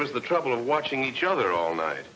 us the trouble of watching each other all night